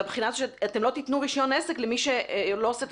מהבחינה שלא תתנו רישיון עסק למי שלא עושה את